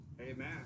Amen